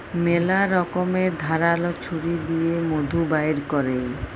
ম্যালা রকমের ধারাল ছুরি দিঁয়ে মধু বাইর ক্যরে